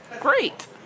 great